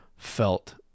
felt